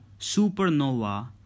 supernova